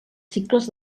cicles